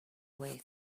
way